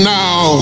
now